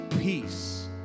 peace